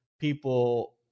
people